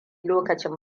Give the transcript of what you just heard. lokacin